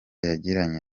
yagiranye